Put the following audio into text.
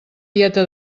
tieta